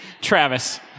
Travis